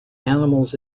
animals